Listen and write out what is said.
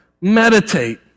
Meditate